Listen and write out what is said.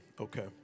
Okay